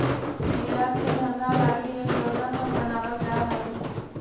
निर्यात के धंधा लागी ढेर योजना सब बनाबल जा हई